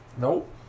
Nope